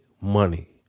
money